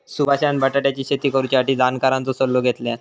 सुभाषान बटाट्याची शेती करुच्यासाठी जाणकारांचो सल्लो घेतल्यान